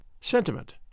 sentiment